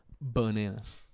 bananas